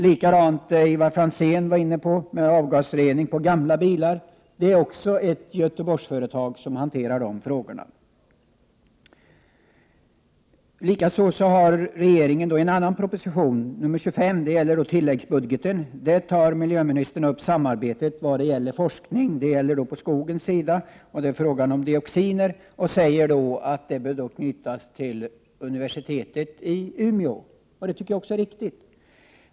Likadant är det med Ivar Franzéns krav på avgasrening på gamla bilar; det är Göteborgsföretag som hanterar de frågorna. I en annan proposition, nr 25 som gäller tilläggsbudgeten, tar miljöministern upp samarbetet i vad gäller forskning om dioxiner på skogens sida och säger att denna bör knytas till universitetet i Umeå. Det tycker jag är riktigt.